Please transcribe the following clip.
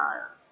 uh